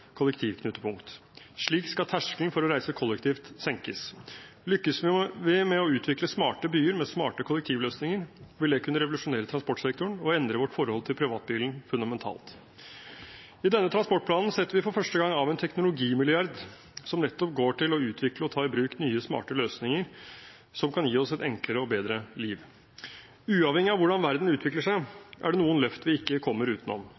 kollektivknutepunkt. Slik skal terskelen for å reise kollektivt senkes. Lykkes vi med å utvikle smarte byer med smarte kollektivløsninger, vil det kunne revolusjonere transportsektoren og endre vårt forhold til privatbilen fundamentalt. I denne transportplanen setter vi for første gang av en teknologimilliard, som går nettopp til å utvikle og ta i bruk nye smarte løsninger som kan gi oss et enklere og bedre liv. Uavhengig av hvordan verden utvikler seg, er det noen løft vi ikke kommer utenom.